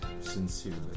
sincerely